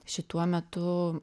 šituo metu